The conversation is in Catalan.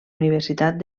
universitat